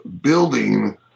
building